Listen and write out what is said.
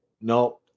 no